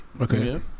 Okay